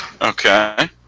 Okay